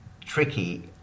tricky